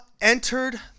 entered